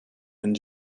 and